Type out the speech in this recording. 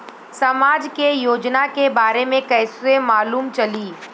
समाज के योजना के बारे में कैसे मालूम चली?